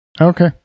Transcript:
Okay